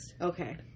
Okay